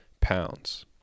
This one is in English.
pounds